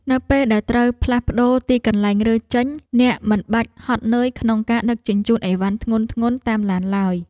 នៅពេលដែលត្រូវផ្លាស់ប្ដូរទីកន្លែងរើចេញអ្នកមិនបាច់ហត់នឿយក្នុងការដឹកជញ្ជូនអីវ៉ាន់ធ្ងន់ៗតាមឡានឡើយ។